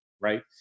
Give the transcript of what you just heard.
Right